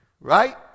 right